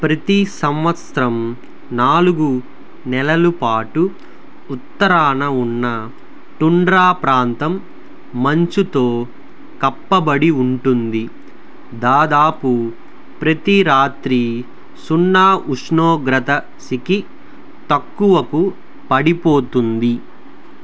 ప్రతి సంవత్సరం నాలుగు నెలల పాటు ఉత్తరాన ఉన్న టుండ్రా ప్రాంతం మంచుతో కప్పబడి ఉంటుంది దాదాపు ప్రతి రాత్రి సున్నా ఉష్ణోగ్రత సీ కి తక్కువకు పడిపోతుంది